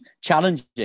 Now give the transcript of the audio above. challenging